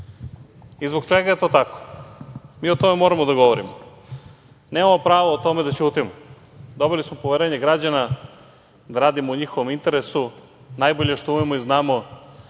zbog čega je to tako? Mi o tome moramo da govorimo. Nemamo pravo o tome da ćutimo. Dobili smo poverenje građana da radimo u njihovom interesu, najbolje što umemo i znamo. Nemamo